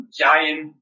giant